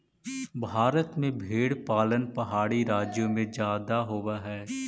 भारत में भेंड़ पालन पहाड़ी राज्यों में जादे होब हई